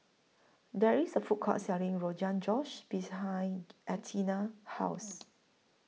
There IS A Food Court Selling Rogan Josh behind Athena's House